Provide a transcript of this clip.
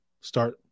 start